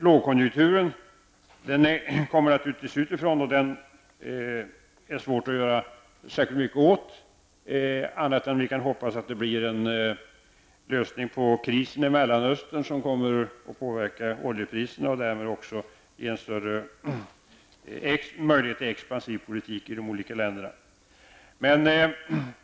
Vi kan ju inte göra särskilt mycket åt lågkonjunkturen, utan vi kan bara hoppas att det blir en lösning av krisen i Mellanöstern, något som skulle påverka oljepriserna och ge möjligheter till en mer expansiv politik i de olika länderna.